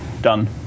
done